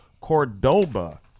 Cordoba